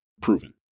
proven